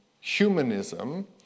humanism